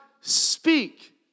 speak